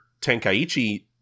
Tenkaichi